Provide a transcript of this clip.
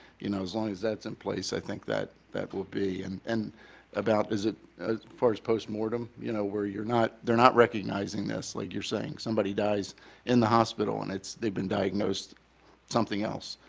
you know, as long as that's in place i think that that would be and and about is it first post-mortem, you know where you're not they're not recognizing this, like you're saying. somebody dies in the hospital and it's they've been diagnosed something else,